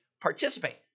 participate